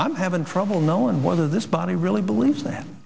i'm having trouble knowing whether this body really believes that